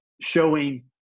showing